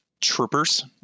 troopers